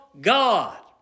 God